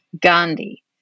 Gandhi